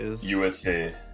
USA